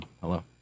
hello